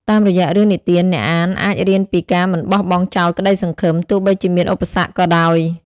តាមរយៈរឿងនិទាន អ្នកអានអាចរៀនពីការមិនបោះបង់ចោលក្តីសង្ឃឹម ទោះបីជាមានឧបសគ្គក៏ដោយ។